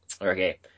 Okay